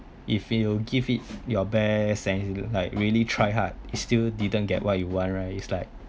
if you give it your best saying like really try hard is still didn't get what you want right is like